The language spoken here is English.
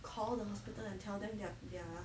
call the hospital and tell them that they are